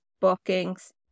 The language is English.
bookings